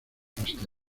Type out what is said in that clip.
hasta